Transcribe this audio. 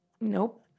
Nope